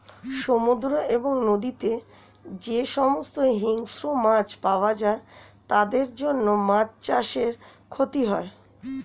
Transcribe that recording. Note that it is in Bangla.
সমুদ্র এবং নদীতে যে সমস্ত হিংস্র মাছ পাওয়া যায় তাদের জন্য মাছ চাষে ক্ষতি হয়